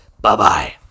Bye-bye